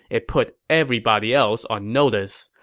it put everybody else on notice,